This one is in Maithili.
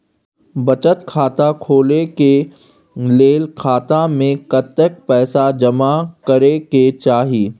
बचत खाता खोले के लेल खाता में कतेक पैसा जमा करे के चाही?